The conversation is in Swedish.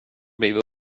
blivit